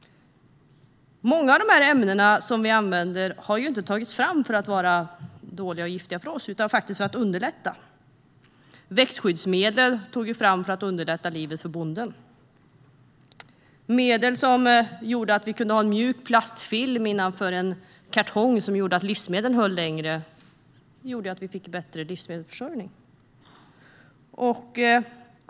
Många av dessa ämnen vi använder har inte tagits fram för att vara dåliga och giftiga för oss utan faktiskt för att underlätta. Växtskyddsmedel togs fram för att underlätta livet för bonden. Medel som gjorde att vi kunde ha en mjuk plastfilm innanför en kartong, som gjorde att livsmedel höll längre, gjorde att vi fick en bättre livsmedelsförsörjning.